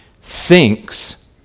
thinks